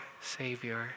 Savior